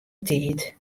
tiid